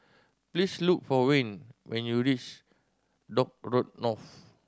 please look for Wayne when you reach Dock Road North